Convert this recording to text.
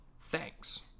Thanks